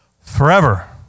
forever